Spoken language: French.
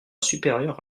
supérieur